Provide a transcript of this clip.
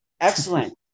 Excellent